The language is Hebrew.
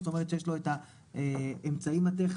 זאת אומרת שיש לו את האמצעים הטכניים